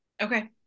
okay